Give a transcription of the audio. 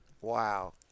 Wow